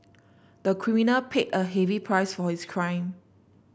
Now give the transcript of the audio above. the criminal paid a heavy price for his crime